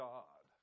God